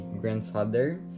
grandfather